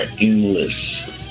endless